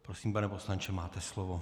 Prosím, pane poslanče, máte slovo.